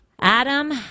Adam